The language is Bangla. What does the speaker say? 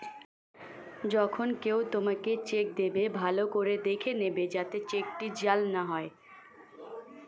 যখন কেউ তোমাকে চেক দেবে, ভালো করে দেখে নেবে যাতে চেকটি জাল না হয়